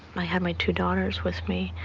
i had my two daughters with me.